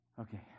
Okay